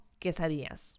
quesadillas